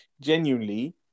genuinely